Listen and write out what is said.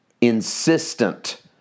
insistent